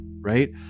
right